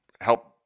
help